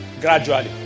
gradually